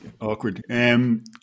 awkward